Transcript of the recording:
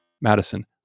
Madison